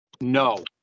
No